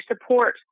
support